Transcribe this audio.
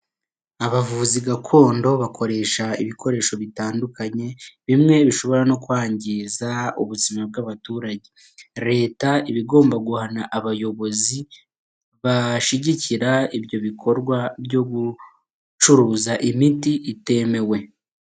Abavuzi gakondo bakoresha ibikoresho bitandukanye, bimwe bishobora no kwangiza ubuzima bw'abaturage. Leta iba igomba guhana abayobozi bashyigikira ibyo bikorwa byo gucuruza iyo miti itemewe.